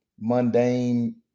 mundane